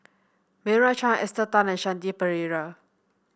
Meira Chand Esther Tan and Shanti Pereira